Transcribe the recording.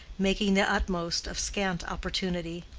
making the utmost of scant opportunity.